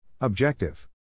Objective